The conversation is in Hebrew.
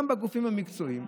גם בגופים המקצועיים,